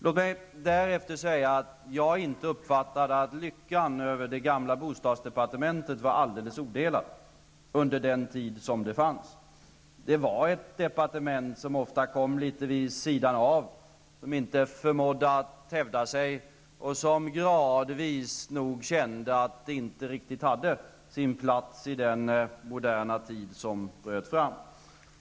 Jag har inte uppfattat att lyckan över det gamla bostadsdepartementet var alldeles odelad under den tid som det fanns. Det var ett departement som ofta kom litet vid sidan av, som inte förmådde att hävda sig och där man nog gradvis kände att det inte riktigt hade sin plats i sin moderna tid som bröt fram.